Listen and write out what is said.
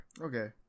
Okay